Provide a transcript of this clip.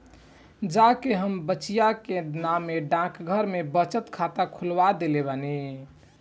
जा के हम बचिया के नामे डाकघर में बचत खाता खोलवा देले बानी